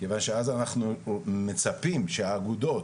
מכיוון שאז אנחנו מצפים שהאגודות